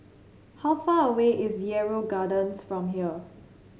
how far away is Yarrow Gardens from here